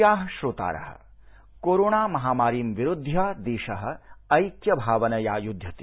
प्रियाः श्रोतारः कोरोणा महामारीं विरुध्य देश ऐक्य भावनया युध्यते